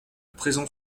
présent